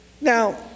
Now